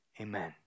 amen